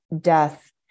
death